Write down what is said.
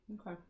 okay